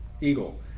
eagle